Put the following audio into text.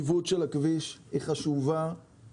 ואנחנו התחייבנו שאנחנו לא משאירים אף אחד מאחור,